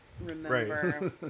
Remember